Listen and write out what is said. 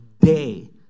Day